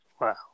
Wow